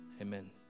amen